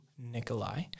Nikolai